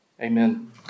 amen